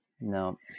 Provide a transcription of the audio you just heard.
No